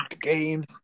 games